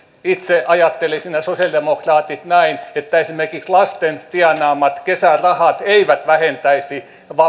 itse ajattelisin ja sosiaalidemokraatit näin että esimerkiksi lasten tienaamat kesärahat eivät vähentäisi